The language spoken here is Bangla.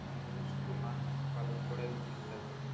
তাহলে শুধু হাঁস পালন করাই উচিত থাকবে